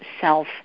self